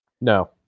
No